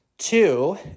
Two